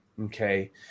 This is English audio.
okay